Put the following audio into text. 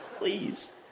please